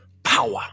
power